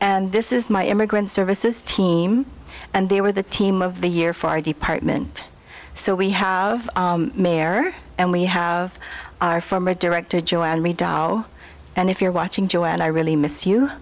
and this is my immigrant services team and they were the team of the year for our department so we have mayor and we have our former director joy ann reid and if you're watching joe and i really miss you